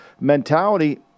mentality –